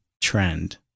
trend